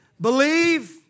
Believe